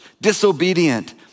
disobedient